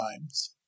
times